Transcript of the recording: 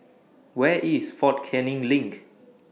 Where IS Fort Canning LINK